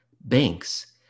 banks